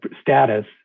status